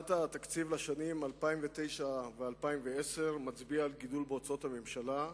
הצעת התקציב לשנים 2009 ו-2010 מצביעה על גידול בהוצאות הממשלה,